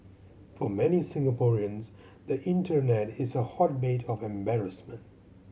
for many Singaporeans the internet is a hotbed of embarrassment